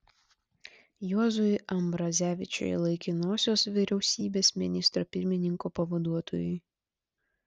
juozui ambrazevičiui laikinosios vyriausybės ministro pirmininko pavaduotojui